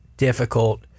difficult